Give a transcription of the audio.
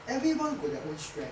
everyone got their own strength